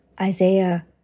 Isaiah